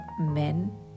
men